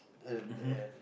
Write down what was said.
and and